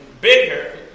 bigger